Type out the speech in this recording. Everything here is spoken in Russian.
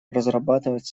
разрабатывать